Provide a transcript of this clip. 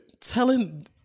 telling